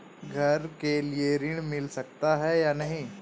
घर के लिए ऋण मिल सकता है या नहीं?